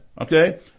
Okay